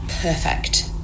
perfect